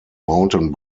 mountain